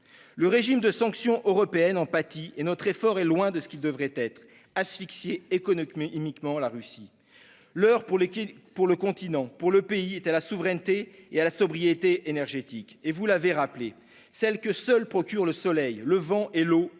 Le régime de sanctions européennes en pâtit et notre effort est loin de ce qu'il devrait être : asphyxier économiquement la Russie. L'heure, pour le continent, pour le pays, est à la souveraineté et à la sobriété énergétiques- et vous l'avez rappelé -, celle que seuls le soleil, le vent et l'eau